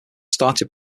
started